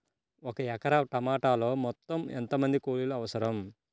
ఒక ఎకరా టమాటలో మొత్తం ఎంత మంది కూలీలు అవసరం?